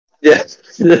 Yes